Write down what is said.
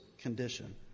condition